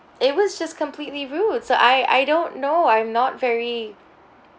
it was just completely rude so I I don't know I'm not very